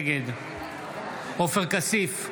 נגד עופר כסיף,